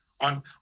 on